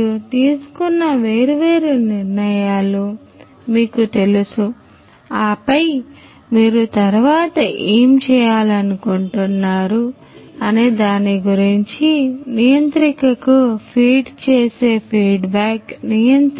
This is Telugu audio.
మీరు తీసుకున్న వేర్వేరు నిర్ణయాలు మీకు తెలుసు ఆపై మీరు తరువాత ఏమి చేయాలనుకుంటున్నారు అనే దాని గురించి నియంత్రికకు ఫీడ్ చేసే ఫీడ్బ్యాక్చేయాలి